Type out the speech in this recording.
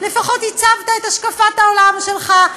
לפחות הצגת את השקפת העולם שלך.